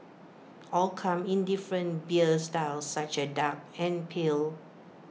all come in different beer styles such as dark and pale